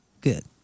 good